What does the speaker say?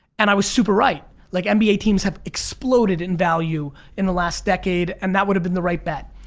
and i was super right. like and nba teams have exploded in value in the last decade and that would've been the right bet.